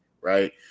right